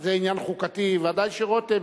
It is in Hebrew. זה עניין חוקתי, ודאי שרותם